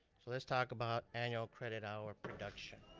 so let's talk about annual credit hour production.